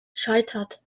scheitert